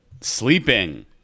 Sleeping